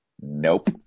Nope